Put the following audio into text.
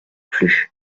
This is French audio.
plus